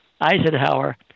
Eisenhower